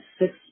six